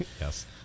Yes